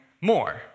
more